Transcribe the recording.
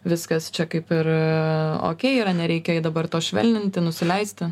viskas čia kaip ir okei yra nereikia dabar to švelninti nusileisti